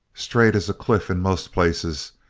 straight as a cliff in most places,